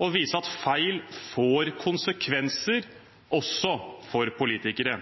og vise at feil får konsekvenser også for politikere.